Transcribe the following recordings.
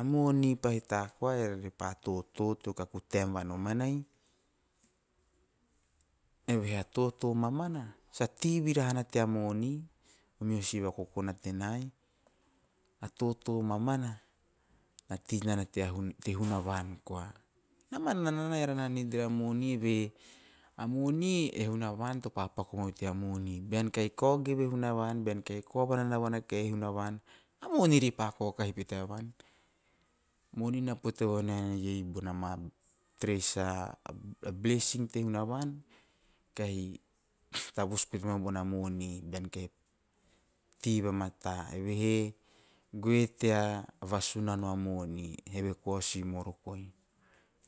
A moni pahita koa eara re pa toto tea kau taem va nomanai. Mea toto mamana sa tei vira hana tea moni, o meha si vakokona tenai, a toto mamana na tei nana te hunavan koa, na mana nana eara na nid re a moni evehe a moni e hunavan topa re a moni evehe a moni e hunavan topa paku mau tea moni, bean kao geve a hunavan bean kao va nanaona kahi e hunavan topa paku mau tea moni, bean kao geve e hunavan bean kai va nanaona kahi e hunavan a money re pa kaokahi pete a van meori na pote vo nen be treasure a blessing te hunavan pa tavus po te mau borna moni, me goe tea vasunano a money. Eve koa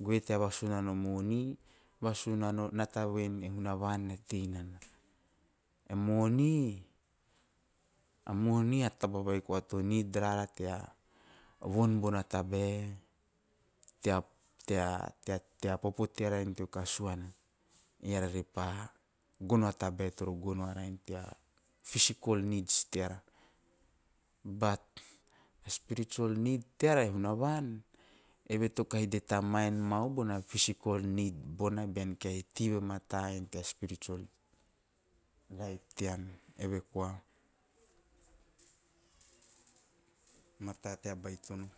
goe tea vasunano a mom. Vasun a moni vasunano a taba vai e hunavan to tei nana tabae to rake rara. Eara re pa gono a tabae to rake rara ama physical needs teara but a spiritual need bona physical need bona bean kahi tei vamata tea spiritual life tean. Eve koa mata tea baitono.